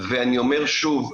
אני אומר שוב,